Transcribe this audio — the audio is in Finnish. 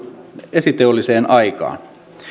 esiteolliseen aikaan